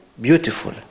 beautiful